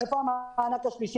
איפה המענק השלישי?